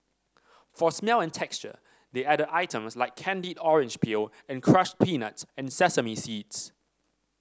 for smell and texture they added items like candied orange peel and crushed peanuts and sesame seeds